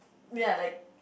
ya like